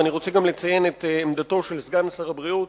ואני רוצה לציין גם את עמדתו של סגן שר הבריאות